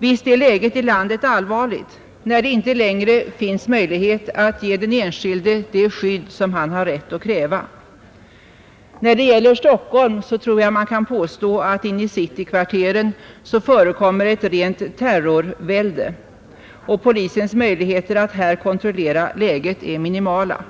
Visst är läget i landet allvarligt, när det inte längre finns möjlighet att ge den enskilde det skydd som han har rätt att kräva. När det gäller Stockholm tror jag man kan påstå att i citykvarteren förekommer ett rent terrorvälde. Polisens möjligheter att här kontrollera läget är minimala.